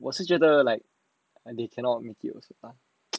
我是觉得 like and they cannot make it also lah